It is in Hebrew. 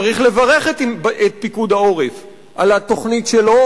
צריך לברך את פיקוד העורף על התוכנית שלו,